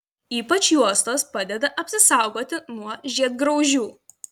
ypač juostos padeda apsisaugoti nuo žiedgraužių